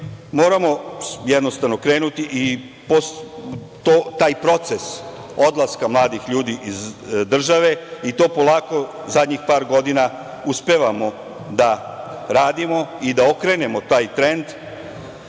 Moramo, okrenuti taj proces odlaska mladih ljudi iz države. To polako zadnjih par godina uspevamo da radimo i da okrenemo taj trend